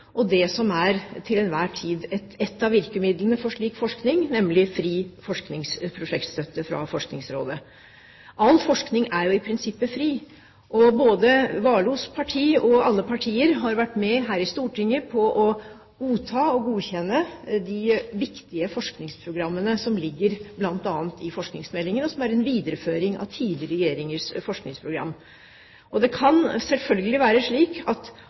og det som til enhver tid er et av virkemidlene for slik forskning, nemlig fri forskningsprosjektstøtte fra Forskningsrådet. All forskning er jo i prinsippet fri, og Warloes parti, alle partier, har vært med her i Stortinget på å godta og godkjenne de viktige forskningsprogrammene som ligger bl.a. i forskningsmeldingen, og som er en videreføring av tidligere regjeringers forskningsprogram. Det kan selvfølgelig være slik at